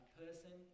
person